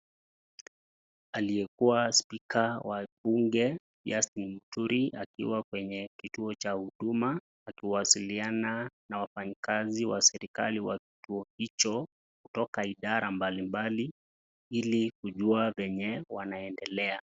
Aliyekuwa spika wa bunge Justin Muturi akiwa kwenye kituo cha huduma akiwasiliana na wafanyikazi wa serikali wa kituo hicho kutoka idara mbalimbali ili kujua vyenye wanaedelea.